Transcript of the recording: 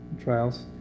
trials